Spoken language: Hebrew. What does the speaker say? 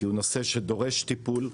כי זה נושא שדורש טיפול.